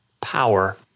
power